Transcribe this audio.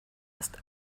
ist